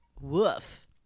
woof